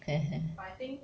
hehe